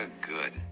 good